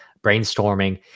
brainstorming